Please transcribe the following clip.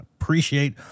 appreciate